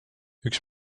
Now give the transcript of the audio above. üks